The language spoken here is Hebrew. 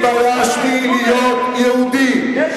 התביישתי להיות יהודי, יש